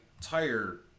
tire